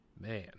Man